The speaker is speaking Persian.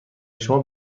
شما